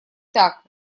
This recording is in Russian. так